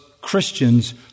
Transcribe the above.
Christians